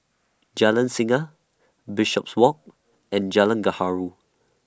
Jalan Singa Bishopswalk and Jalan Gaharu